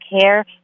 care